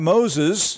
Moses